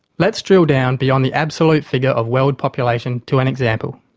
let's drill down beyond the absolute figure of world population to an example.